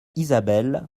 isabelle